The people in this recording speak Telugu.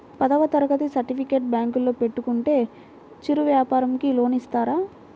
పదవ తరగతి సర్టిఫికేట్ బ్యాంకులో పెట్టుకుంటే చిరు వ్యాపారంకి లోన్ ఇస్తారా?